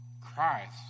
Christ